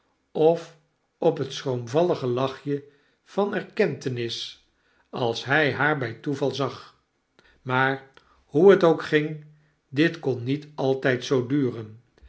of op het scnroomvallig lachje van erkentenis hy haar by toeval zag maar hoe het ook ing dit kon niet altijd zoo duren